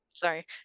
Sorry